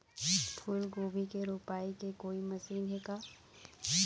फूलगोभी के रोपाई के कोई मशीन हे का?